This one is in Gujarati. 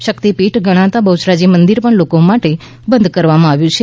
શક્તિપીઠ ગણાતા બહ્યરાજી મંદિર પણ લોકો માટે બંધ કરવામાં આવ્યું છે